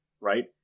right